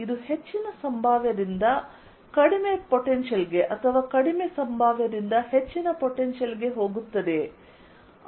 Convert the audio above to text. ಇದು ಹೆಚ್ಚಿನ ಸಂಭಾವ್ಯದಿಂದ ಕಡಿಮೆ ಪೊಟೆನ್ಶಿಯಲ್ ಗೆ ಅಥವಾ ಕಡಿಮೆ ಸಂಭಾವ್ಯದಿಂದ ಹೆಚ್ಚಿನ ಪೊಟೆನ್ಶಿಯಲ್ ಗೆ ಹೋಗುತ್ತದೆಯೇ